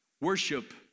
Worship